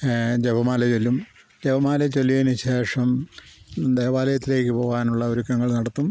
ജപമാല ചൊല്ലും ജപമാല ചൊല്ലിയതിന് ശേഷം ദേവാലയത്തിലേക്ക് പോവാനുള്ള ഒരുക്കങ്ങൾ നടത്തും